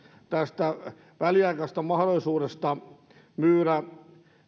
tästä väliaikaisesta mahdollisuudesta myydä